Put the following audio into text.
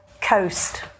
coast